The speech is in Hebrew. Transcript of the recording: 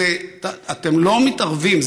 אתם לא מתערבים.